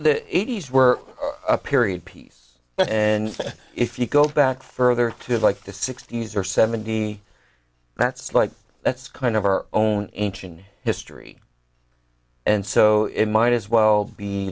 the eighty's were a period piece and if you go back further to like the sixty's or seventy's that's like that's kind of our own ancient history and so it might as well be